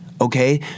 okay